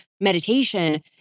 meditation